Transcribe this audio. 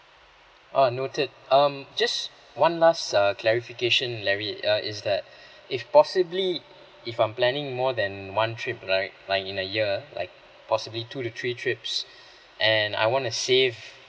uh noted um just one last err clarification larry uh is that if possibly if I'm planning more than one trip right like in a year like possibly two to three trips and I want to save